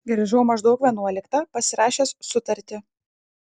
grįžau maždaug vienuoliktą pasirašęs sutartį